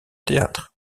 théâtre